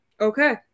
Okay